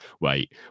wait